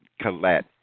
Colette